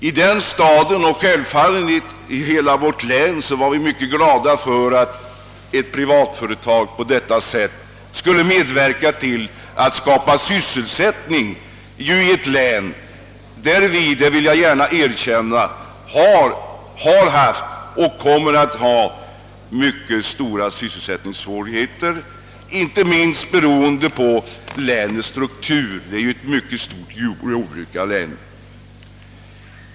I denna stad och självfallet i hela vårt län var vi mycket glada för att ett privat företag på detta sätt skulle medverka till att skapa sysselsättning i bygder, där det — det vill jag gärna erkänna — funnits och kommer att finnas mycket stora sysselsättningssvårigheter, inte minst beroende på att länet till sin struktur är ett jordbrukarlän.